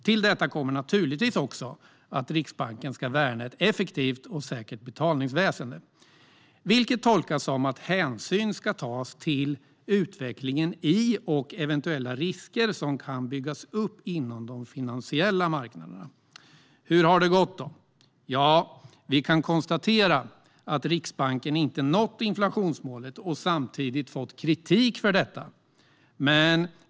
Till detta kommer naturligtvis också att Riksbanken ska värna ett effektivt och säkert betalningsväsen, vilket tolkas som att hänsyn ska tas till utvecklingen i och eventuella risker som kan byggas upp inom de finansiella marknaderna. Hur har det då gått? Ja, vi kan konstatera att Riksbanken inte nått inflationsmålet och samtidigt fått kritik för detta.